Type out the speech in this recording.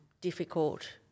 difficult